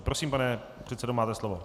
Prosím, pane předsedo, máte slovo.